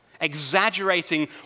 exaggerating